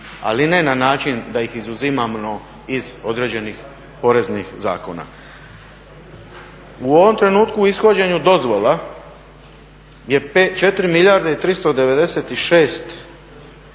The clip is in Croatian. ali ne na način da ih izuzimamo iz određenih poreznih zakona. U ovom trenutku ishođenje dozvola je 4 milijarde 396 milijuna